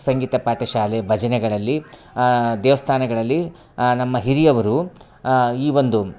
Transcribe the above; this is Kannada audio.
ಸಂಗೀತ ಪಾಠ ಶಾಲೆ ಭಜನೆಗಳಲ್ಲಿ ದೇವಸ್ಥಾನಗಳಲ್ಲಿ ನಮ್ಮ ಹಿರಿಯವರು ಈ ಒಂದು